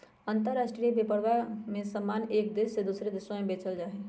अंतराष्ट्रीय व्यापरवा में समान एक देश से दूसरा देशवा में बेचल जाहई